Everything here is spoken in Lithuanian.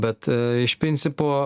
bet iš principo